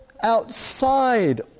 outside